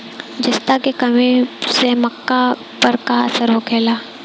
जस्ता के कमी से मक्का पर का असर होखेला?